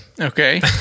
Okay